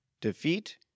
defeat